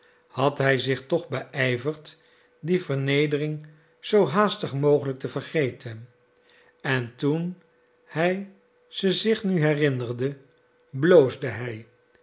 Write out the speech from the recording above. had hij zich toch beijverd die vernedering zoo haastig mogelijk te vergeten en toen hij ze zich nu herinnerde bloosde hij